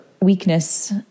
weakness